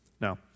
Now